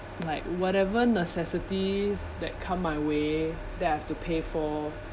like whatever necessities that come my way that I have to pay for